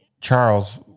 Charles